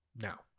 Now